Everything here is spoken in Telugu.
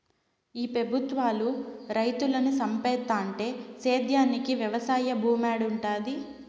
ఈ పెబుత్వాలు రైతులను సంపేత్తంటే సేద్యానికి వెవసాయ భూమేడుంటది